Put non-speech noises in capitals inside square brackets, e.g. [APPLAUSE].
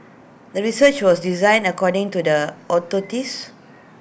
the research was designed according to the [UNINTELLIGIBLE]